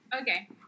Okay